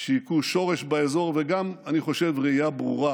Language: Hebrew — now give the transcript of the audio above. שהיכו שורש באזור, ואני חושב שגם מראייה ברורה